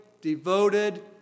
devoted